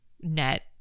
net